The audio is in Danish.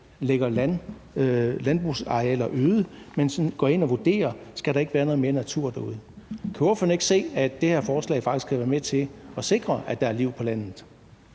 lægger landbrugsarealer øde, men hvor man sådan går ind og vurderer, om der ikke skal være noget mere natur derude. Kan ordføreren ikke se, at det her forslag faktisk kan være med til at sikre, at der er liv på landet?